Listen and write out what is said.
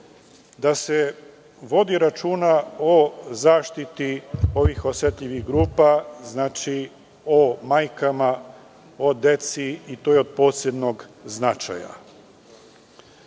da se vodi računa o zaštiti ovih osetljivih grupa, o majkama, o deci i to je od posebnog značaja.